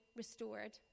restored